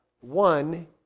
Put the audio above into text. one